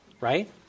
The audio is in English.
right